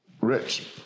rich